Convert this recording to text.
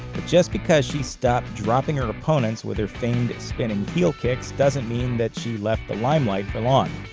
just because she stopped dropping her opponents with her famed spinning heel kicks doesn't mean that she left the limelight for long.